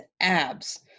abs